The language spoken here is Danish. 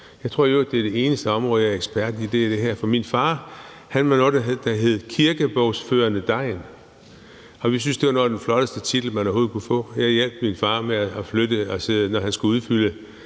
Jeg tror i øvrigt, at det er det eneste område, hvor jeg er ekspert, for min far var noget, der hed kirkebogsførende degn, og vi syntes, det var den flotteste titel, man overhovedet kunne få. Jeg hjalp min far, når han skulle udfylde